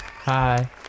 Hi